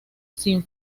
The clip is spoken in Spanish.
sin